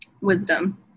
wisdom